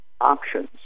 options